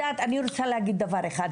רוצה להגיד דבר אחד,